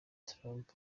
trump